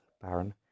Baron